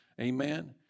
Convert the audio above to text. Amen